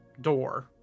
door